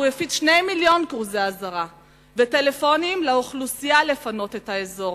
הוא הפיץ 2 מיליוני כרוזי אזהרה וטלפונים לאוכלוסייה לפנות את האזור,